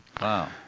Wow